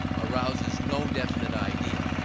arouses no definite idea.